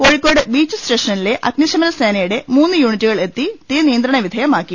Kozhikode beach സ്റ്റേഷനിലെ അഗ്നിശ മന സേനയുടെ മൂന്ന് യൂണിറ്റ് എത്തി തീ നിയന്ത്രണ വിധേയമാക്കി